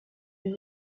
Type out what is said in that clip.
les